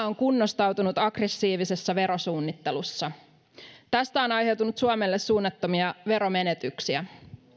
on kunnostautunut aggressiivisessa verosuunnittelussa tästä on aiheutunut suomelle suunnattomia veromenetyksiä